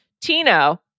Tino